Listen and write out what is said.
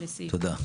תודה.